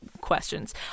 questions